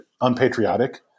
unpatriotic